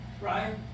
right